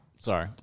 Sorry